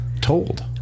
told